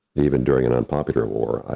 even during an unpopular war,